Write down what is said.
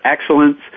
excellence